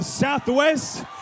southwest